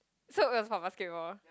so is from basketball